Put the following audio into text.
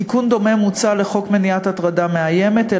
תיקון דומה מוצע לחוק מניעת הטרדה מאיימת,